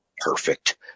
perfect